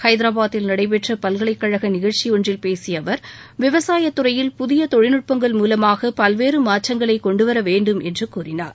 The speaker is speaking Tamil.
ஹைதராபாத்தில் நடைபெற்ற பல்கலைக்கழக நிகழ்ச்சியல் பேசிய அவர் விவசாயத் துறையில் புதிய தொழில்நுட்பங்கள் மூலமாக பல்வேறு மாற்றங்களைக் கொண்டுவர வேண்டும் என்று கூறினார்